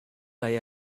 they